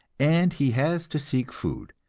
and he has to seek food,